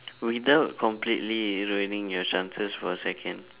without completely ruining your chances for a second